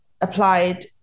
applied